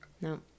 No